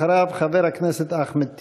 אחריו, חבר הכנסת אחמד טיבי.